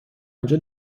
آنجا